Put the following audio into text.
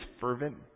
fervent